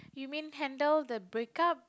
you mean handle the break up